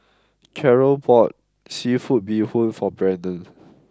Carroll bought Seafood Bee Hoon for Brennon